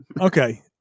Okay